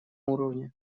уровне